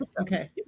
Okay